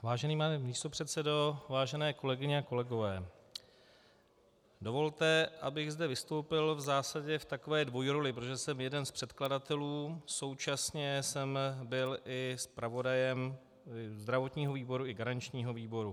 Vážený pane místopředsedo, vážené kolegyně a kolegové, dovolte, abych zde vystoupil v zásadě v takové dvojroli, protože jsem jeden z předkladatelů, současně jsem byl i zpravodajem zdravotního výboru i garančního výboru.